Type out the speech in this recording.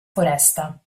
foresta